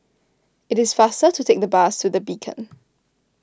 it is faster to take the bus to the Beacon